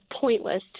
pointless